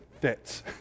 fits